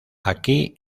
aquí